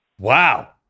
Wow